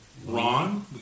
Ron